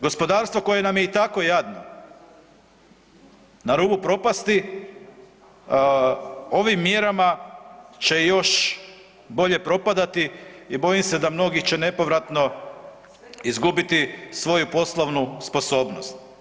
Gospodarstvo koje nam je i tako jadno, na rubu propasti, ovim mjerama će još bolje propadati i bojim se da mnogi će nepovratno izgubiti svoju poslovnu sposobnost.